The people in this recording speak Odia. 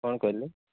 କ'ଣ କହିଲେ